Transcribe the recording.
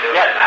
yes